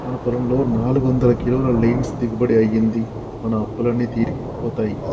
మన పొలంలో నాలుగొందల కిలోల లీన్స్ దిగుబడి అయ్యింది, మన అప్పులు అన్నీ తీరిపోతాయి